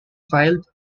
filed